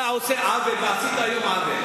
אתה עושה עוול ועשית היום עוול.